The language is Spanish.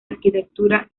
arquitectura